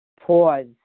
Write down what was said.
Pause